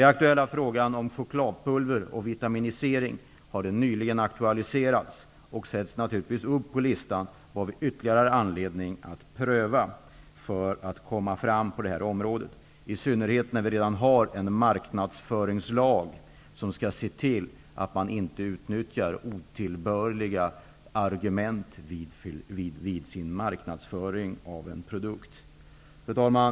Den aktuella frågan om vitaminisering av chokladpulver har nyligen aktualiserats och sätts naturligtvis upp på listan över vad vi ytterligare har anledning att pröva för att göra framsteg på det här området. Det gäller i synnerhet med tanke på att det i marknadsföringslagen föreskrivs att man inte skall utnyttja otillbörliga argument vid marknadsföring av en produkt. Fru talman!